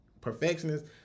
perfectionist